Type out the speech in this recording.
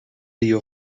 dio